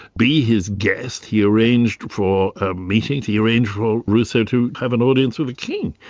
be his guest, he arranged for ah ah meetings, he arranged for rousseau to have an audience with the king,